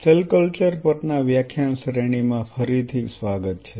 cell culture પરના વ્યાખ્યાન શ્રેણીમાં ફરી સ્વાગત છે